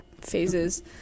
phases